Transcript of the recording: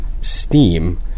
steam